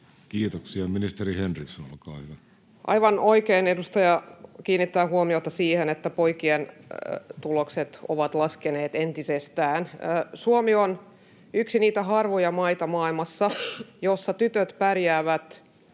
Kiitoksia. — Ministeri Henriksson, olkaa hyvä. Aivan oikein edustaja kiinnittää huomiota siihen, että poikien tulokset ovat laskeneet entisestään. Suomi on yksi niitä harvoja maita maailmassa, joissa tytöt pärjäävät